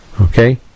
Okay